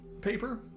paper